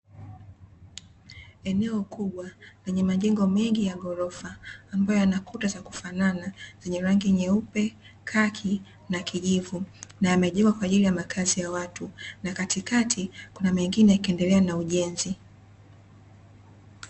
Eneo kubwa lenye majengo mengi ya ghorofa ambayo yana kuta za kufanana zenye rangi nyeupe, kaki, na kijivu; na yamejengwa kwa ajili ya makazi ya watu, na katikati kuna mengine yakiendelea na ujenzi.